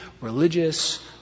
religious